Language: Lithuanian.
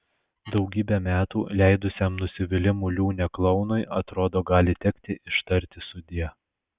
daugybę metų leidusiam nusivylimų liūne klounui atrodo gali tekti ištarti sudie